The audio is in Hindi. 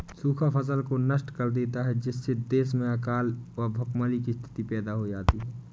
सूखा फसल को नष्ट कर देता है जिससे देश में अकाल व भूखमरी की स्थिति पैदा हो जाती है